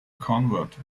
convert